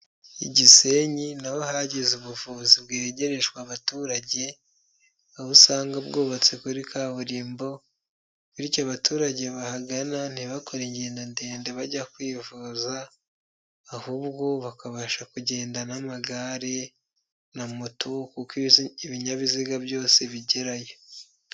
I Gisenyi n'aho hagize ubuvuzi bwegerejwe abaturage, aho usanga bwubatse kuri kaburimbo, bityo abaturage bahagana ntibakore ingendo ndende bajya kwivuza ahubwo bakabasha kugenda n'amagare na moto kuko ibinyabiziga byose bigerayo.